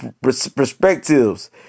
perspectives